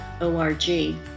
O-R-G